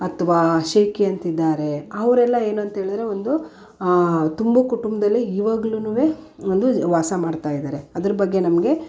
ಅಥವಾ ಶೇಕಿ ಅಂತ ಇದ್ದಾರೆ ಅವರೆಲ್ಲ ಏನಂತ ಹೇಳಿದರೆ ಒಂದು ತುಂಬು ಕುಟುಂಬದಲ್ಲಿ ಇವಾಗಲೂನು ಒಂದು ವಾಸ ಮಾಡ್ತಾಯಿದ್ದಾರೆ ಅದ್ರ ಬಗ್ಗೆ ನಮಗೆ